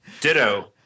Ditto